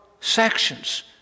sections